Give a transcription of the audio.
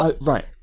right